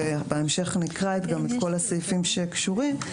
ובהמשך גם נקרא את כל הסעיפים שקשורים.